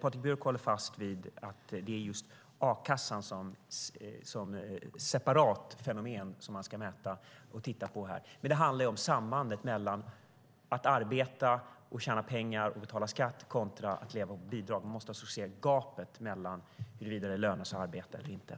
Patrik Björck håller fast vid att det just är a-kassan som separat fenomen som ska mätas. Men det handlar om sambandet mellan att arbeta, tjäna pengar och betala skatt och att leva på bidrag. Man måste se gapet mellan att det lönar sig att arbeta och att inte